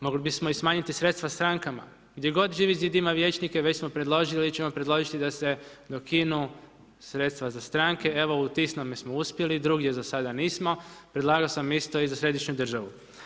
Mogli bismo i smanjiti sredstva strankama, gdje god Živi zid ima vijećnike, već smo predložili ili ćemo predložiti da se ukinu sredstva za stranke, evo u Tisnome smo uspjeli, drugdje za sada nismo, predlagao sam isto i za središnju državu.